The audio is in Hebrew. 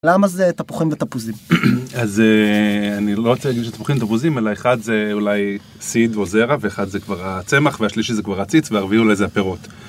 למה זה תפוחים ותפוזים? אז אני לא רוצה להגיד שזה תפוחים ותפוזים, אלא אחד זה אולי סיד או זרע, ואחד זה כבר הצמח, והשלישי זה כבר הציץ, והרביעי אולי זה הפירות.